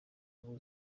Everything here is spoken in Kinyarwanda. ngo